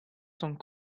sans